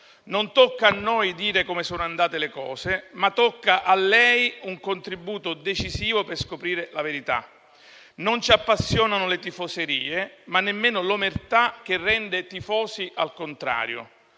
Non tocca a noi dire come sono andate le cose, ma tocca a lei dare un contributo decisivo per scoprire la verità. Non ci appassionano le tifoserie, ma nemmeno l'omertà che rende tifosi al contrario.